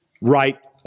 right